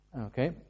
Okay